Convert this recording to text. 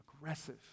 aggressive